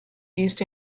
used